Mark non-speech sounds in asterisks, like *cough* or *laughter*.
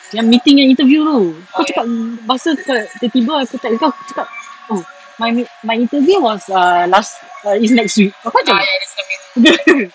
yang meeting yang interview tu kau cakap lepas tu tiba-tiba aku text kau kau cakap oh my my interview was err last err is next week aku macam *laughs*